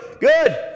Good